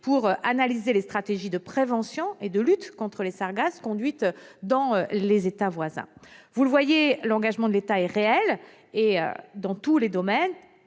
pour analyser les stratégies de prévention et de lutte contre les sargasses suivies dans les États voisins. Vous le voyez, madame la sénatrice, l'engagement de l'État est réel, dans tous les domaines,